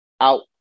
out